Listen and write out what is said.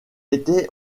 était